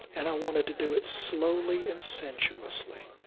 and i wanted to do it slowly and sensuously.